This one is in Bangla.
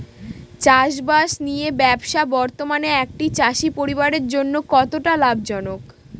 চাষবাষ নিয়ে ব্যবসা বর্তমানে একটি চাষী পরিবারের জন্য কতটা লাভজনক?